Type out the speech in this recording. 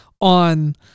on